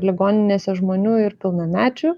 ligoninėse žmonių ir pilnamečių